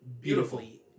beautifully